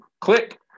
Click